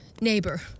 Neighbor